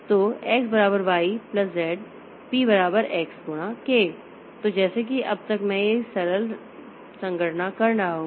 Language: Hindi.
तो x बराबर y प्लस z p बराबर x गुणा k तो जैसे कि जब तक मैं ये सरल संगणना कर रहा हूं